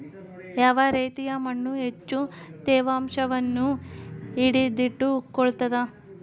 ಯಾವ ರೇತಿಯ ಮಣ್ಣು ಹೆಚ್ಚು ತೇವಾಂಶವನ್ನು ಹಿಡಿದಿಟ್ಟುಕೊಳ್ತದ?